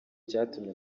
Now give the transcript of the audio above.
cyatumye